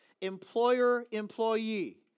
Employer-employee